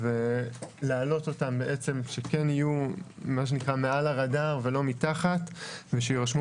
ולהעלות אותם כך שכן יהיו מעל הרדאר ולא מתחתיו ושיירשמו